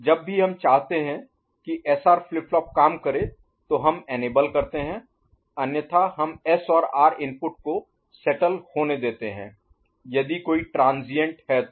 तो जब भी हम चाहते हैं कि एसआर फ्लिप फ्लॉप काम करे तो हम इनेबल करते हैं अन्यथा हम एस और आर इनपुट को सेटल Settle व्यवस्थित होने देते हैं यदि कोई ट्रांसिएंट है तो